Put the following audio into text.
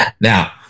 Now